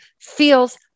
feels